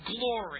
glory